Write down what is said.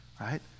right